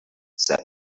said